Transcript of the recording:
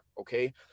Okay